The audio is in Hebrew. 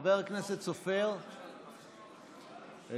חבר הכנסת סופר, איננו.